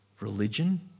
religion